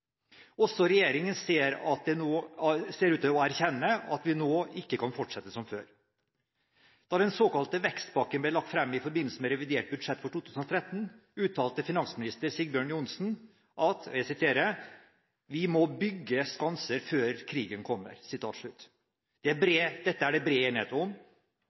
Også regjeringen ser ut til å erkjenne at vi ikke kan fortsette som før. Da den såkalte vekstpakken ble lagt fram i forbindelse med revidert budsjett for 2013, uttalte finansminister Sigbjørn Johnsen at vi må «bygge skanser før krigen kommer». Dette er det bred enighet om.